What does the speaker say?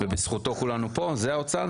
זה אני יודע מידיעה.